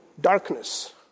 darkness